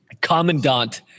Commandant